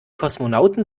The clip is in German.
kosmonauten